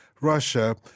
Russia